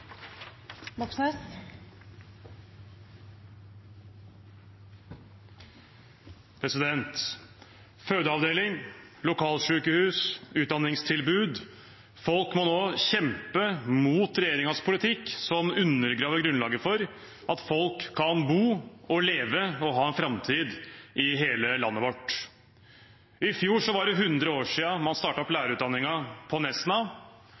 Fødeavdeling, lokalsykehus, utdanningstilbud – folk må nå kjempe mot regjeringens politikk, som undergraver grunnlaget for at folk kan bo og leve og ha en framtid i hele landet vårt. I fjor var det 100 år siden man startet opp lærerutdanningen på